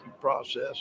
process